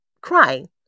crying